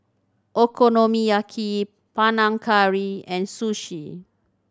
Okonomiyaki Panang Curry and Sushi